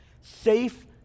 safe